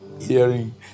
hearing